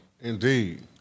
Indeed